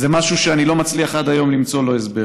זה משהו שאני לא מצליח עד היום למצוא לו הסבר.